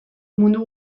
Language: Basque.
mundu